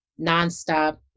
nonstop